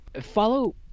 Follow